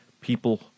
people